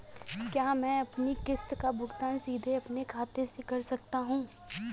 क्या मैं अपनी किश्त का भुगतान सीधे अपने खाते से कर सकता हूँ?